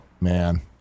man